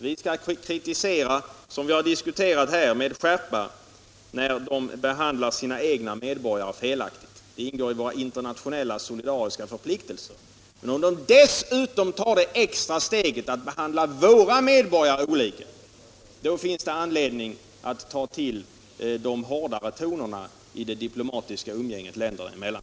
Vi skall kritisera — såsom vi har diskuterat här — med skärpa när länderna behandlar sina egna medborgare felaktigt. Det ingår i våra internationella solidariska förpliktelser. Men om de dessutom tar det extra steget att behandla våra medborgare olika, då finns det anledning att börja använda de hårdare tonerna i det diplomatiska umgänget länder emellan.